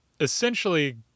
essentially